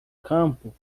campo